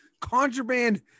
contraband